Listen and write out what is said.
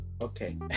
Okay